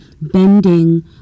bending